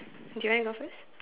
do you wanna go first